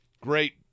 great